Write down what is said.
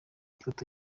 ifoto